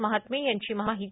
महात्मे यांची माहिती